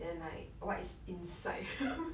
and like what is inside